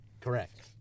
Correct